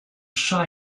shy